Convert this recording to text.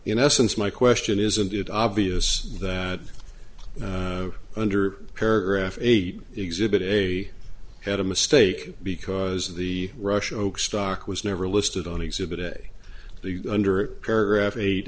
in essence my question isn't it obvious that under paragraph eight exhibit a had a mistake because the russian stock was never listed on exhibit a the under paragraph